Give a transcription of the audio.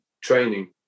training